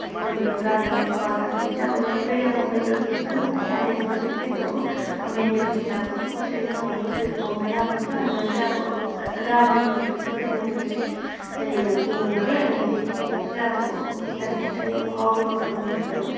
अनि त्यो गार्डनिङ गर्दाखेरि चाहिँ अब मैले फेरि अब मेन्टल पिस पनि पाएँ अहिले त मान्छेको त्यही त हो अब मेन्टल पिस अब कसरी पाउँ कसरी पाउँ भइरहेको हुन्छ मैले चाहिँ अब गार्डनिङको थ्रू चाहिँ त्यो मेन्टल पिस मैले त्यो गेन गरेँ अनि त्यतिकै त्यतिकै अब बिस्तारै बिस्तारै अब हबीमा कन्भर्ट भयो